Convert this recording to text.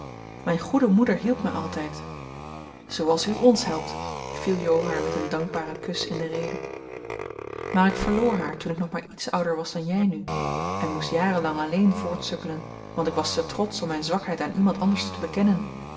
mijn goede moeder hielp mij altijd zooals u ons helpt viel jo haar met een dankbaren kus in de rede maar ik verloor haar toen ik nog maar iets ouder was dan jij nu en moest jarenlang alleen voortsukkelen want ik was te trotsch om mijn zwakheid aan iemand anders te bekennen